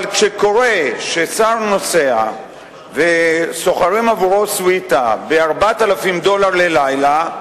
אבל כשקורה ששר נוסע ושוכרים עבורו סוויטה ב-4,000 דולר ללילה,